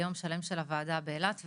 למשך יום שלם של הוועדה באילת,